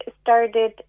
started